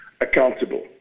accountable